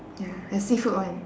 ya the seafood [one]